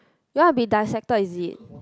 you want to be dissected is it